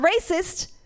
racist